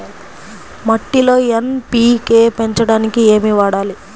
మట్టిలో ఎన్.పీ.కే పెంచడానికి ఏమి వాడాలి?